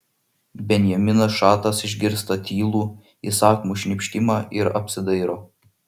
benjaminas šatas išgirsta tylų įsakmų šnypštimą ir apsidairo